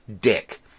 dick